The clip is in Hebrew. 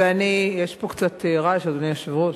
ואני, יש פה קצת רעש, אדוני היושב-ראש.